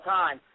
time